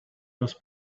was